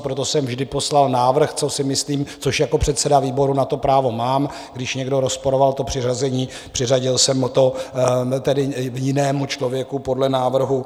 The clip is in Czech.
Proto jsem vždy poslal návrh, co si myslím což jako předseda výboru na to právo mám a když někdo rozporoval to přiřazení, přiřadil jsem to jinému člověku podle návrhu.